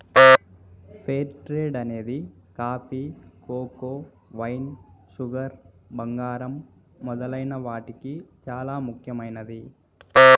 fair trade అనేది coffee, cocoa, wine, sugar, బంగారం మొదలైన వాటికి చానా ముఖ్యమైనది